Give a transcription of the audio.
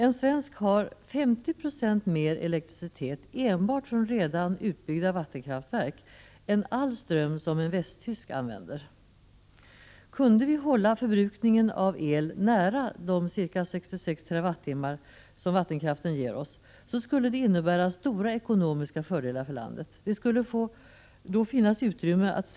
En svensk får 50 96 mer elektricitet enbart från redan utbyggda vattenkraftverk än all ström som en — Prot. 1986/87:105 västtysk använder. Kunde vi hålla förbrukningen av elektricitet nära de ca66 9 april 1987 TWh som vattenkraften ger oss skulle det innebära stora ekonomiska fördelar för landet. Det skulle då finnas utrymme attt.ex.